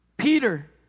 Peter